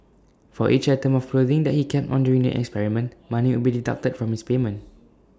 for each item of clothing that he kept on during the experiment money would be deducted from his payment